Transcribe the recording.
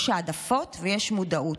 יש העדפות ויש מודעות,